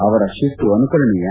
ಅವರ ಶಿಸ್ತು ಅನುಕರಣೀಯ